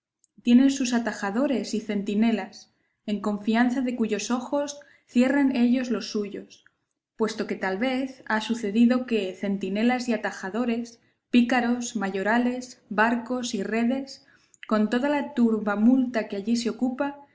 tienen sus atajadores y centinelas en confianza de cuyos ojos cierran ellos los suyos puesto que tal vez ha sucedido que centinelas y atajadores pícaros mayorales barcos y redes con toda la turbamulta que allí se ocupa